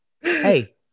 hey